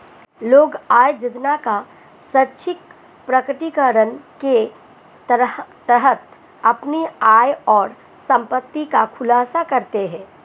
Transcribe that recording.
लोग आय योजना का स्वैच्छिक प्रकटीकरण के तहत अपनी आय और संपत्ति का खुलासा करते है